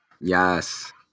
Yes